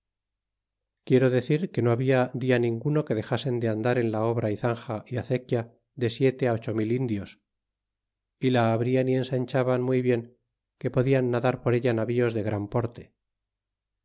quiero decir que no habla día ninguno que dexasen de andar en la obra y zanja y acequia de siete ocho mil indios y la abrian y ensanchaban muy bien que podian nadar por ella navíos de gran porte